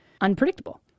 unpredictable